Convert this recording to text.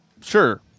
Sure